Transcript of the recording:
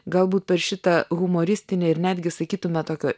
galbūt per šitą humoristinę ir netgi sakytume tokio